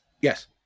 Yes